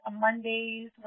Mondays